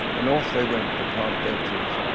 and off they went to plant their trees.